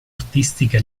artistica